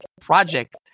project